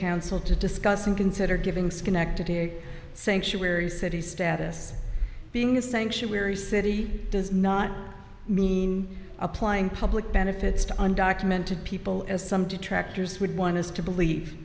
council to discuss and consider giving schenectady a sanctuary city status being a sanctuary city does not mean applying public benefits to undocumented people as some detractors would want us to believe